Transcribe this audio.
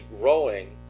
growing